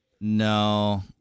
No